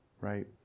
right